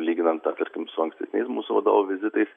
lyginant na tarkim su ankstesniais mūsų vadovų vizitais